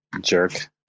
Jerk